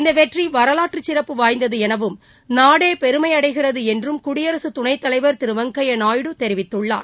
இந்த வெற்றி வரலாற்று சிறப்பு வாய்ந்தது எனவும் நாடே பெருமையடைகிறது என்றும் குடியரசுத் துணைத்தலைவர் திரு வெங்கய்யா நாயுடு தெரிவித்துள்ளார்